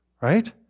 right